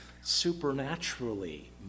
supernaturally